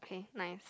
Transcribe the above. okay nice